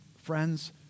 Friends